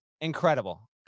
Incredible